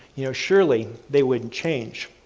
you know surely, they wouldn't change.